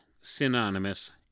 synonymous